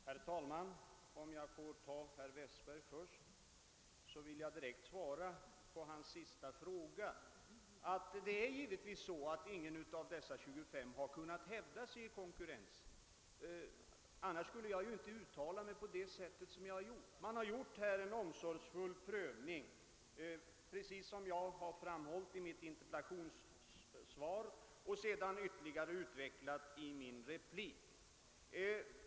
Herr talman! Om jag först får bemöta herr Westberg i Ljusdal, vill jag direkt svara på hans senaste fråga. Det förhåller sig givetvis så att ingen av dessa 25 har kunnat hävda sig i konkurrensen. Annars skulle jag inte ha uttalat mig på det sätt jag har gjort. Man har gjort en omsorgsfull prövning, precis som jag har framhållit i mitt interpellationssvar och sedan ytterligare utvecklat i min replik.